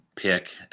pick